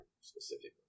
specifically